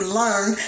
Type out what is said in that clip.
learn